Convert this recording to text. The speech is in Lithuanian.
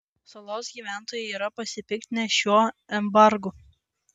salos gyventojai yra pasipiktinę šiuo embargu